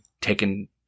taken –